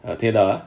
orh 的